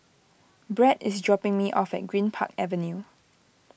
Brett is dropping me off at Greenpark Avenue